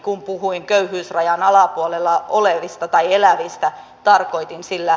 kun puhuin köyhyysrajan alapuolella elävistä tarkoitin sillä eläkeläisiä